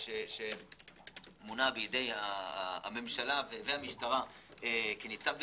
שמונה בידי הממשלה והמשטרה כניצב בדימוס,